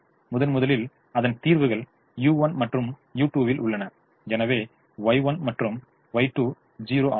முதன்முதலில் அதன் தீர்வுகள் u1 மற்றும் u2 வில் உள்ளன எனவே Y1 மற்றும் Y2 0 ஆகும்